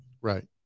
Right